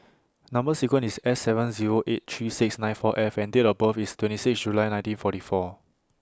Number sequence IS S seven Zero eight three six nine four F and Date of birth IS twenty six July nineteen forty four